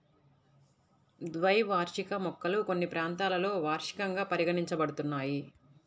ద్వైవార్షిక మొక్కలు కొన్ని ప్రాంతాలలో వార్షికంగా పరిగణించబడుతున్నాయి